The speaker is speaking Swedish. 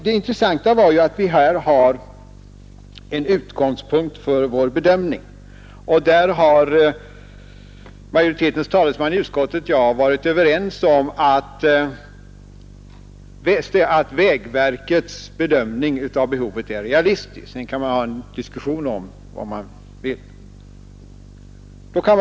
Det intressanta var att vi i fråga om vägarna har en utgångspunkt för vår bedömning. Majoritetens talesman i utskottet och jag har varit överens om att vägverkets bedömning av behovet är realistisk. Sedan kan man diskutera vad som skall göras med utgångspunkt i denna bedömning.